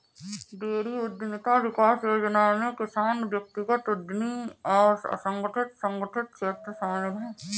dairy उद्यमिता विकास योजना में किसान व्यक्तिगत उद्यमी और असंगठित संगठित क्षेत्र शामिल है